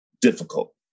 difficult